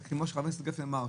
כמו שחבר הכנסת גפני אמר,